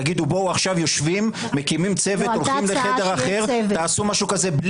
תגידו: עכשיו יושבים, תעשו משהו כזה.